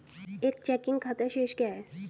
एक चेकिंग खाता शेष क्या है?